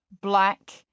black